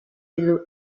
yellow